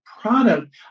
product